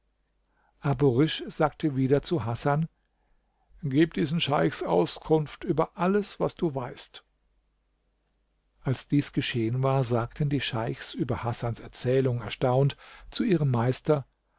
risch sagte wieder zu hasan gieb diesen scheichs auskunft über alles was du weißt als dies geschehen war sagten die scheichs über hasans erzählung erstaunt zu ihrem meister